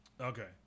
Okay